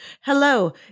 Hello